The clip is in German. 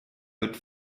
wird